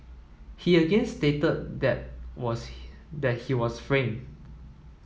he again stated that was he that he was framed